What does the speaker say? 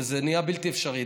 וזה נהיה בלתי אפשרי,